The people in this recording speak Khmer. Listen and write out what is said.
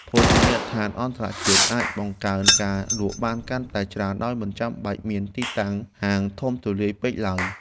ភោជនីយដ្ឋានអន្តរជាតិអាចបង្កើនការលក់បានកាន់តែច្រើនដោយមិនចាំបាច់មានទីតាំងហាងធំទូលាយពេកឡើយ។